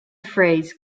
phrase